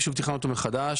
שוב תכננו אותו מחדש,